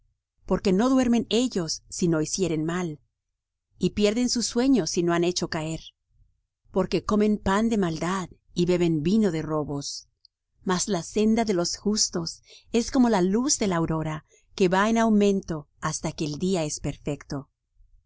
porque no duermen ellos si no hicieren mal y pierden su sueño si no han hecho caer porque comen pan de maldad y beben vino de robos mas la senda de los justos es como la luz de la aurora que va en aumento hasta que el día es perfecto